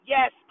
Yes